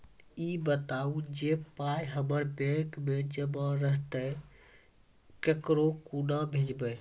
ई बताऊ जे पाय हमर बैंक मे जमा रहतै तऽ ककरो कूना भेजबै?